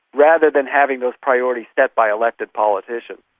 rather than having those priorities set by elected politicians.